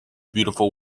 beautiful